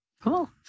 Cool